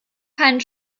keinen